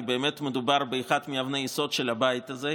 כי באמת מדובר באחת מאבני היסוד של הבית הזה,